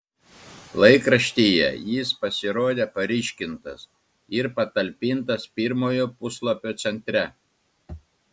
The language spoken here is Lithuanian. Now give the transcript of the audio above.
laikraštyje jis pasirodė paryškintas ir patalpintas pirmojo puslapio centre